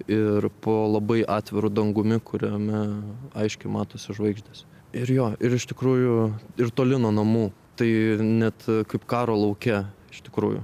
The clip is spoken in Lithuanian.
ir po labai atviru dangumi kuriame aiškiai matosi žvaigždės ir jo ir iš tikrųjų ir toli nuo namų tai net kaip karo lauke iš tikrųjų